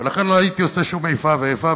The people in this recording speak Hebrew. ולכן לא הייתי עושה שום איפה ואיפה.